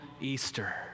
Easter